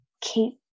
keep